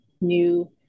new